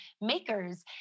makers